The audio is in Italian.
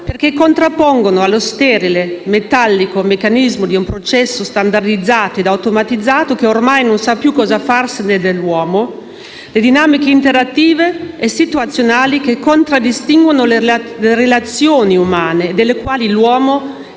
perché contrappongono allo sterile e metallico meccanismo di un processo standardizzato e automatizzato, che ormai non sa più cosa farsene dell'uomo, le dinamiche interattive e situazionali che contraddistinguono le relazioni umane e dalle quali l'uomo,